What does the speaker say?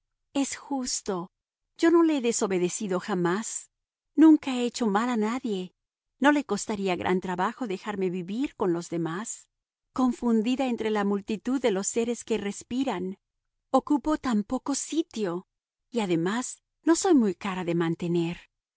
es justo yo no le he desobedecido jamás nunca he hecho mal a nadie no le costaría gran trabajo dejarme vivir con los demás confundida entre la multitud de los seres que respiran ocupo tan poco sitio y además no soy muy cara de mantener